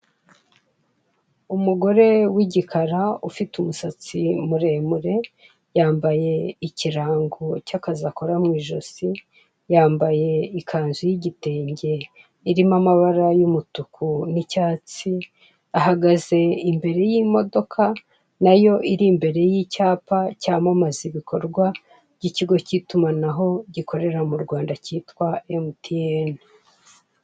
Umugore wigikara ufite umusatsi muremure yambaye ikirango cy'akazi akora mu ijosi yambaye ikanzu y'igitenge irimo amabara y'umutuku n'icyatsi ahagaze imbere y'imodoka nayo iri imbere y'icyapa cyamamaza ibikorwa by'ikigo k'itumanaho gikorera mu Rwanda kitwa MTN.